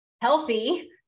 healthy